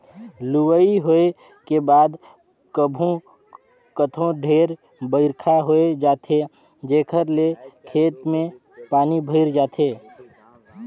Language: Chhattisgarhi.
लुवई होए के बाद कभू कथों ढेरे बइरखा होए जाथे जेखर ले खेत में पानी भइर जाथे